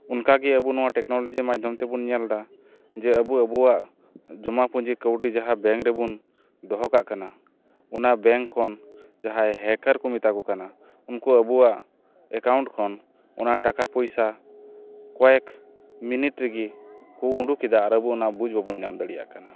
ᱚᱱᱠᱟᱜᱮ ᱱᱚᱣᱟ ᱟᱵᱚ ᱱᱚᱣᱟ ᱴᱮᱠᱱᱳᱞᱳᱡᱤ ᱢᱟᱫᱽᱫᱷᱚᱢ ᱛᱮᱵᱚᱱ ᱧᱮᱞ ᱫᱟ ᱡᱮ ᱟᱵᱚ ᱟᱵᱚᱣᱟᱜ ᱡᱚᱢᱟ ᱯᱩᱸᱡᱤ ᱠᱟᱹᱣᱰᱤ ᱡᱟᱦᱟᱸ ᱵᱮᱝᱠ ᱨᱮᱵᱚᱱ ᱫᱚᱦᱚ ᱠᱟᱜ ᱠᱟᱱᱟ ᱚᱱᱟ ᱵᱮᱝᱠ ᱠᱷᱚᱱ ᱡᱟᱦᱟᱸᱭ ᱦᱮᱠᱟᱨ ᱠᱚ ᱢᱮᱛᱟ ᱠᱚ ᱠᱟᱱᱟ ᱩᱱᱠᱩ ᱟᱵᱚᱣᱟᱜ ᱮᱠᱟᱣᱩᱱᱴ ᱠᱷᱚᱱ ᱚᱱᱟ ᱴᱟᱠᱟ ᱯᱚᱭᱥᱟ ᱠᱚᱭᱮᱠ ᱢᱤᱱᱤᱴ ᱨᱮᱜᱮ ᱠᱚ ᱩᱸᱰᱩᱠ ᱮᱫᱟ ᱟᱵᱚ ᱚᱱᱟ ᱵᱩᱡᱽ ᱵᱟᱵᱚᱱ ᱧᱟᱢ ᱫᱟᱲᱮᱭᱟᱜ ᱠᱟᱱᱟ